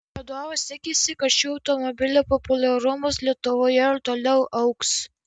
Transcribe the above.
vadovas tikisi kad šių automobilių populiarumas lietuvoje ir toliau augs